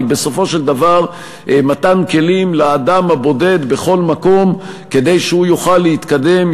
היא בסופו של דבר מתן כלים לאדם הבודד בכל מקום כדי שהוא יוכל להתקדם,